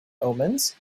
omens